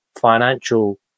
financial